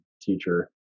teacher